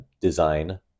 design